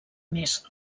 més